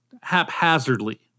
haphazardly